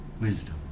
wisdom